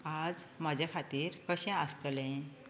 आज म्हाजे खातीर कशें आसतलें